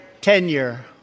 tenure